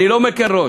אני לא מקל ראש.